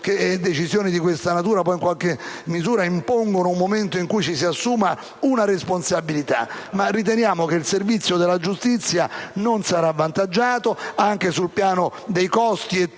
che decisioni di questa natura impongano poi, in qualche misura, un momento in cui ci si assume una responsabilità; riteniamo però che il servizio della giustizia non sarà avvantaggiato (anche sul piano dei costi è tutto